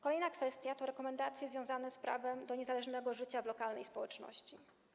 Kolejna kwestia to rekomendacje związane z prawem do niezależnego życia w lokalnej społeczności.